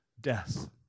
death